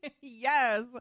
yes